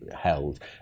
held